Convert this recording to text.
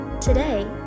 Today